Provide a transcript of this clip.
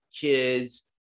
kids